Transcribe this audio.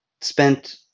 spent